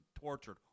tortured